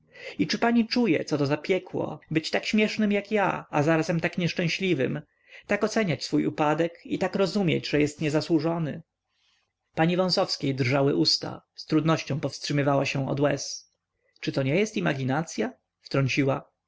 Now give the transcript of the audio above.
i czy pani czuje co to za piekło być tak śmiesznym jak ja a zarazem tak nieszczęśliwym tak oceniać swój upadek i tak rozumieć że jest niezasłużony pani wąsowskiej drżały usta z trudnością powstrzymywała się od łez czy to nie jest imaginacya wtrąciła